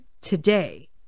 today